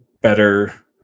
better